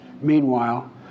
Meanwhile